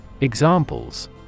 Examples